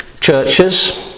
churches